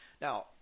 Now